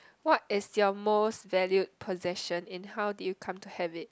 what is your most valued possession and how did you come to have it